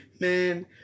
man